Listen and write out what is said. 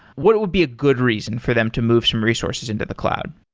what would be a good reason for them to move some resources into the cloud?